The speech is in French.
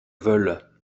veulent